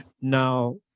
Now